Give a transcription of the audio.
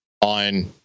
on